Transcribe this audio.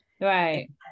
Right